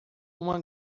uma